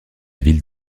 ville